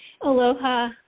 Aloha